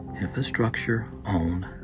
Infrastructure-owned